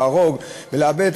להרוג ולאבד.